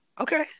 Okay